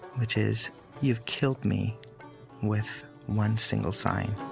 which is you've killed me with one single sign